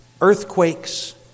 earthquakes